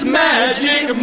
magic